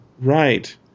Right